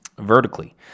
vertically